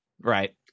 right